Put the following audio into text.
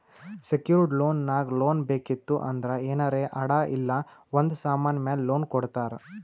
secured loan ನಾಗ್ loan ಬೇಕಿತ್ತು ಅಂದ್ರ ಏನಾರೇ ಅಡಾ ಇಲ್ಲ ಒಂದ್ ಸಮಾನ್ ಮ್ಯಾಲ ಲೋನ್ ಕೊಡ್ತಾರ್